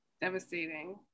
devastating